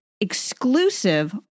exclusive